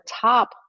top